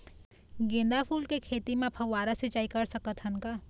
गेंदा फूल के खेती म फव्वारा सिचाई कर सकत हन का?